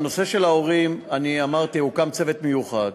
בנושא של ההורים, אמרתי, הוקם צוות מיוחד.